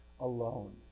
alone